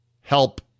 help